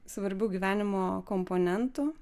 svarbių gyvenimo komponentų